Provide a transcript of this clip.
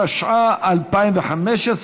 התשע"ה 2015,